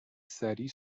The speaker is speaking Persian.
سریع